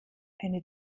eine